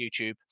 YouTube